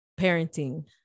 parenting